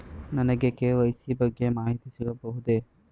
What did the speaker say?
ನನಗೆ ಕೆ.ವೈ.ಸಿ ಬಗ್ಗೆ ಮಾಹಿತಿ ಸಿಗಬಹುದೇ?